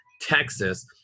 Texas